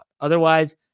Otherwise